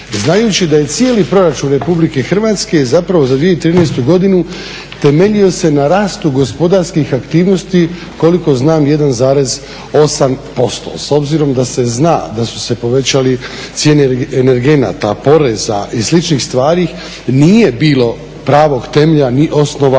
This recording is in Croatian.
Znajući da je cijeli proračun Republike Hrvatske zapravo za 2013. godinu temeljio se na rastu gospodarskih aktivnosti koliko znam 1,8%. S obzirom da se zna da su se povećali cijene energenata, poreza i sličnih stvari nije bilo pravog temelja ni osnova